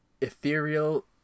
ethereal